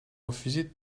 refusez